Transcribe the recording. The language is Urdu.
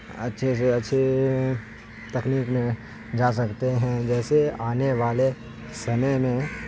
اچھے سے اچھی تکنیک میں جا سکتے ہیں جیسے آنے والے سمے میں